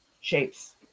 shapes